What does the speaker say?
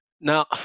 Now